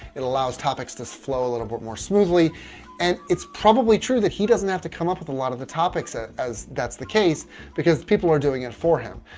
it allows topics to flow a little bit more smoothly and it's probably true that he doesn't have to come up with a lot of the topics as that's the case because people are doing it for him.